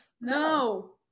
No